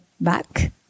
back